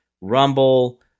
Rumble